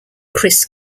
chris